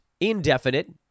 indefinite